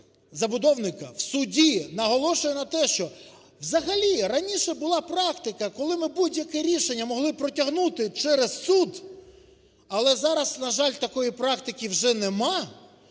забудовника в суді наголошує на тому, що взагалі раніше була практика, коли ми будь-яке рішення могли протягнути через суд, але, на жаль, зараз такої практики вже немає,